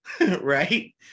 right